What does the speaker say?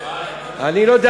אל תקצר, למה אתה מקצר?